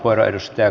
kiitos